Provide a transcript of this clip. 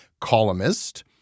columnist